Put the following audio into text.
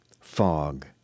Fog